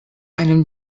einen